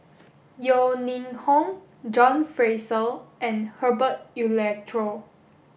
Yeo Ning Hong John Fraser and Herbert Eleuterio